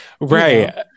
right